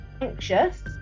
anxious